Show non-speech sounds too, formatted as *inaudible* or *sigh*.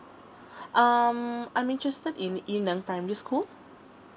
*breath* um I'm interested in in a primary school